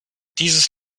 dieses